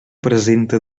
presenta